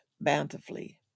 bountifully